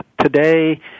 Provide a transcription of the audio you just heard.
today